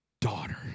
daughter